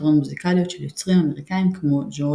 תיאטרון מוזיקליות של יוצרים אמריקאים כמו ג'ורג'